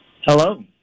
Hello